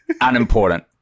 Unimportant